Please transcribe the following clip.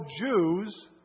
Jews